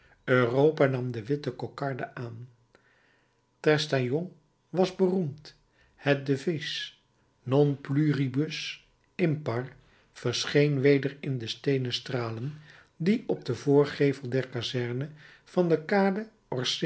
nam de witte kokarde aan trestaillon was beroemd het devies non pluribus impar verscheen weder in de steenen stralen die op den voorgevel der kazerne van de kade